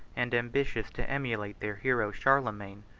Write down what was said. and ambitious to emulate their hero charlemagne,